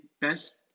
best –